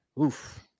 oof